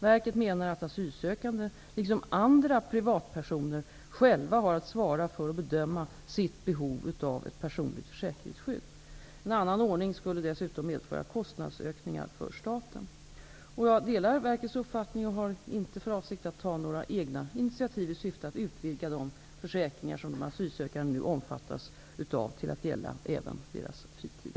Verket menar att asylökande liksom andra privatpersoner själva har att svara för och bedöma sitt behov av ett personligt försäkringsskydd. En annan ordning skulle dessutom medföra kostnadsökningar för staten. Jag delar verkets uppfattning och har inte för avsikt att ta några egna initiativ i syfte att utvidga de försäkringar som de asylsökande nu omfattas av till att även gälla deras fritid.